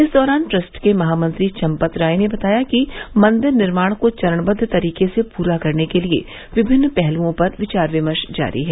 इस दौरान ट्रस्ट के महामंत्री चम्पत राय ने बताया कि मंदिर निर्माण को चरणबद्व तरीके से पूरा करने के लिये विभिन्न पहलुओं पर विचार विमर्श जारी है